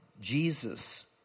Jesus